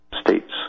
states